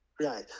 right